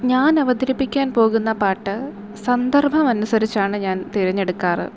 ഞാന് അവതരിപ്പിക്കാന് പോകുന്ന പാട്ട് സന്ദര്ഭം അനുസരിച്ചാണ് ഞാന് തെരഞ്ഞെടുക്കാറ്